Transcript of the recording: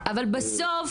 אבל בסוף,